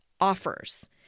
offers